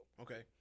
Okay